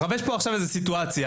יש איזו סיטואציה